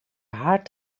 hard